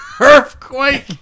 Earthquake